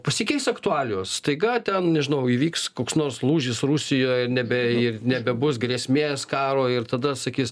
pasikeis aktualijos staiga ten nežinau įvyks koks nors lūžis rusijoj nebe ir nebebus grėsmės karo ir tada sakys